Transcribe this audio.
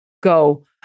go